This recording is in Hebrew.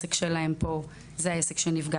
שהעסק שלהם פה זה העסק שנפגע?